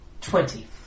Twenty